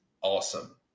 awesome